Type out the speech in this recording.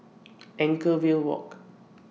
Anchorvale Walk